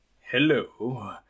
Hello